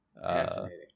Fascinating